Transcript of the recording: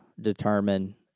determine